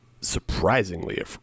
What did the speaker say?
surprisingly